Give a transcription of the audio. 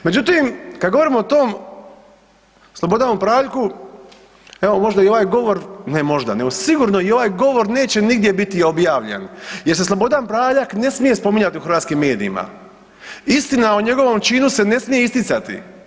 Međutim, kada govorimo o tom Slobodanu Praljku evo možda i ovaj govor, ne možda nego sigurno i ovaj govor neće nigdje biti objavljen jer se Slobodan Praljak ne smije spominjati u hrvatskim medijima, istina o njegovom činu se ne smije isticati.